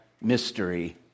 mystery